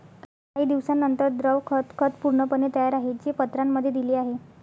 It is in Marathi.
काही दिवसांनंतर, द्रव खत खत पूर्णपणे तयार आहे, जे पत्रांमध्ये दिले आहे